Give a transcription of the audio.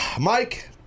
Mike